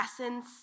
essence